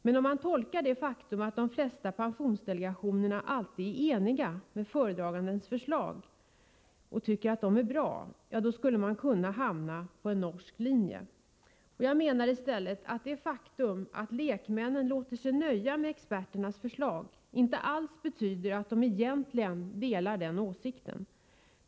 Men om man tolkar det faktum att de flesta pensionsdelegationer alltid är ense om föredragandens förslag som bra, då skulle man hamna på norsk linje. Jag menar i stället att det faktum att lekmännen låter sig nöja med experternas förslag inte alls betyder att de egentligen delar deras åsikter.